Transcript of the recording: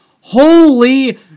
Holy